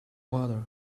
water